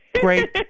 Great